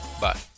Bye